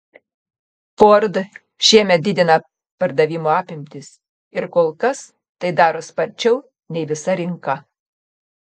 ford šiemet didina pardavimo apimtis ir kol kas tai daro sparčiau nei visa rinka